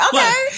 Okay